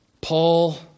Paul